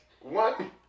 one